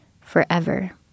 forever